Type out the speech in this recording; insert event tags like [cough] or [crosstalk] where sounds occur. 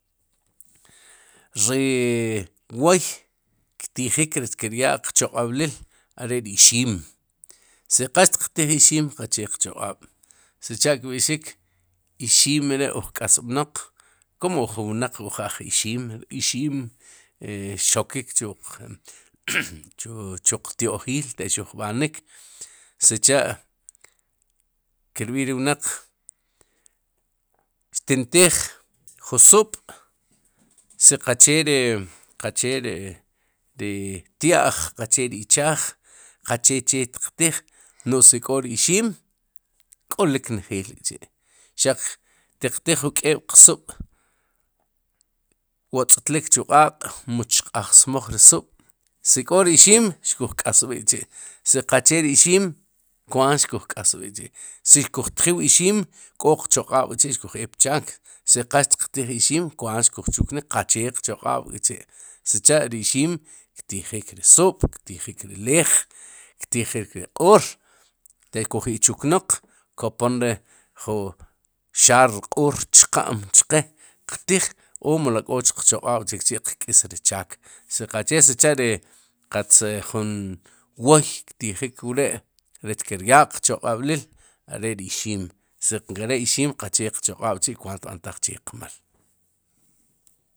Ri wooy ktijik rech kiryaa qchaq'ab'lil, are ri ixim si qal xtiqtij ixim qaqchee qchaq'aab' sicha'kb'ixik ixiim re'uj k'sb'naq kumuj wnaq uj aj ixiim ixiim e xokik chu [noise] qtyo'jil te xuj b'anik sicha'ki rb'iij ri wnaq xtintij jun sub' si qache ri gacheri ri tya'j qache ri ichaaj qaqche che xtiqtij no'j si k'o ri ixiim k'olik njeel k'chi' xaq tiqtij ju k'eeb'qsub' wotz'tlik chu q'aq' mu chq'ajsmaj ri sub' si k'o ri ixiim xkuj k'osb'ik k'chi' si qaqchee ri ixiim kwaat xkuj k'osb'ik k'chi' si xkuj tjiw ixim k'o qchoq'ab' k'chi' xkuj eek pchaak si qal xtiqtij ixiim kwaat xkuj chuknik qaqchee qchaq'ab'k'chi' sichá ri ixiim ktijik ri sub' ktijik ri leej ktijik ri q'oor te koje'chuknaq kopnik re jun xaar q'oor chqam chqe o mele k'o qchaq'ab'chikchi' qk'is ri chaak, si qache sicha'ri qatz jun wooy ktijik wre' rech ki ryaa qchoq'ab'liil are ri ixiim si nkere'ixiim qaqchee qchoq'ab' chi'kwaat tb'antaj chi'qmal.